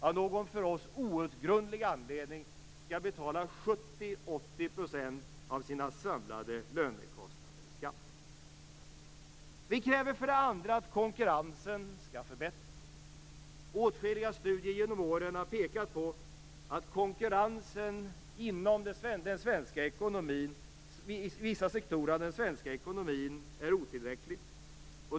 Av någon för oss outgrundlig anledning skall ju 70-80 % av deras samlade lönekostnader betalas i skatt. För det andra kräver vi att konkurrensen skall förbättras. Åtskilliga studier genom åren pekar på att konkurrensen inom vissa sektorer i den svenska ekonomin är otillräcklig.